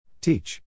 Teach